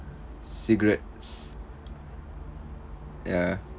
cigarettes ya